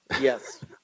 Yes